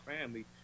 family